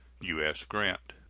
u s. grant.